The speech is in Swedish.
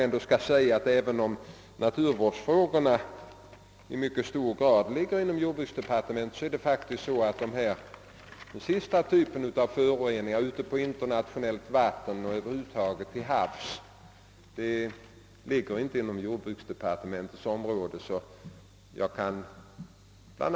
Även om naturvårdsfrågorna till stor del ligger inom jordbruksdepartementets område, gäller detta icke frågor om föroreningar på internationellt vatten och över huvud taget ute till havs. Bl.